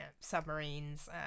submarines